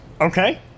Okay